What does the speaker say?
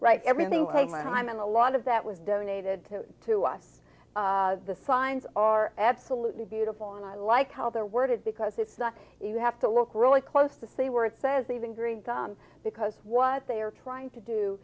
right everything came i mean a lot of that was donated to us the signs are absolutely beautiful and i like how they're worded because it's not even have to look really close to see where it says even green because what they are trying to do